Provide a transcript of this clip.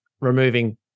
removing